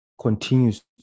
continues